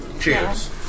cheers